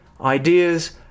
Ideas